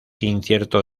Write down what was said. incierto